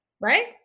right